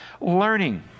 learning